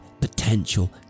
potential